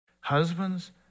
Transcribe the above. Husbands